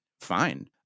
fine